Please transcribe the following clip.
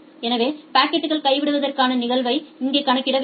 எனவே பாக்கெட்கள் கைவிடுவதற்கான நிகழ்தகவை இங்கே கணக்கிட வேண்டும்